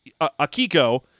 Akiko